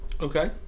Okay